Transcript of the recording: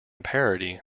parody